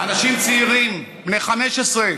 אנשים צעירים, בני 15,